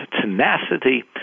tenacity